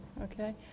Okay